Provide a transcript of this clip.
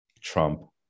Trump